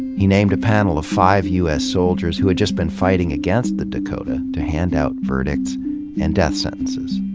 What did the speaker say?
he named a panel of five u s. soldiers who had just been fighting against the dakota to hand out verdicts and death sentences.